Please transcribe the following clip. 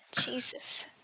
Jesus